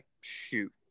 shoot